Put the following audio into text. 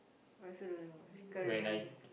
I also don't know can't remember